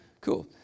cool